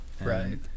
Right